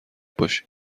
باشیم